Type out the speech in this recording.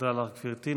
תודה לך, גברתי.